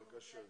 בבקשה.